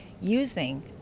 using